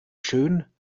schön